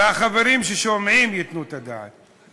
והחברים ששומעים ייתנו את הדעת: